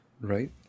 Right